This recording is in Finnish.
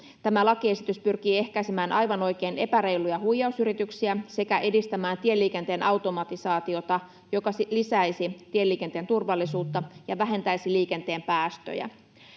Tämä lakiesitys pyrkii aivan oikein ehkäisemään epäreiluja huijausyrityksiä sekä edistämään tieliikenteen automatisaatiota, joka lisäisi tieliikenteen turvallisuutta ja vähentäisi liikenteen päästöjä.